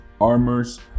Armors